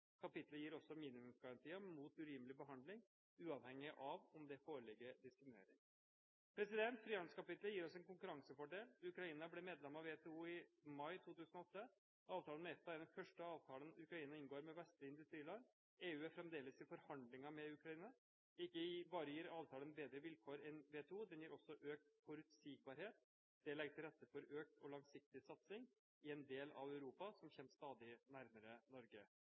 gir også minimumsgarantier mot urimelig behandling uavhengig av om det foreligger diskriminering. Frihandelsavtalen gir oss en konkurransefordel. Ukraina ble medlem av WTO i mai 2008. Avtalen med EFTA er den første avtalen Ukraina inngår med vestlige industriland. EU er fremdeles i forhandlinger med Ukraina. Ikke bare gir avtalen bedre vilkår enn WTO, den gir også økt forutsigbarhet. Det legger til rette for økt og langsiktig satsing i en del av Europa som kommer stadig nærmere Norge.